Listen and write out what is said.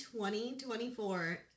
2024